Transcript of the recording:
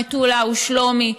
מטולה ושלומי,